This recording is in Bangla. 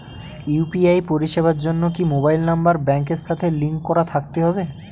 ইউ.পি.আই পরিষেবার জন্য কি মোবাইল নাম্বার ব্যাংকের সাথে লিংক করা থাকতে হবে?